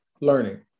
learning